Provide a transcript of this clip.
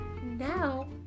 Now